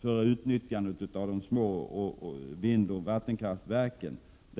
för utnyttjandet av de små vindoch vattenkraftverken undviks.